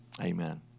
Amen